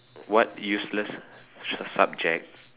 what useless subject